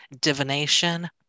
divination